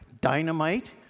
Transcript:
dynamite